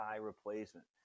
replacement